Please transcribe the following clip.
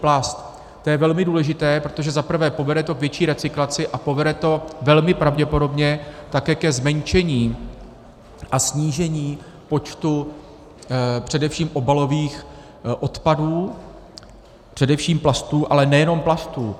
To je velmi důležité, protože za prvé povede to k větší recyklaci a povede to velmi pravděpodobně také ke zmenšení a snížení počtu především obalových odpadů, především plastů, ale nejenom plastů.